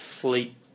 Fleet